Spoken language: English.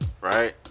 Right